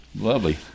Lovely